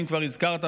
אם כבר הזכרת,